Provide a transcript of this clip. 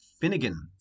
Finnegan